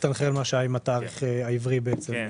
אז זה מסתנכרן, למשל, עם התאריך העברי בעצם.